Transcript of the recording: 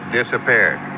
disappeared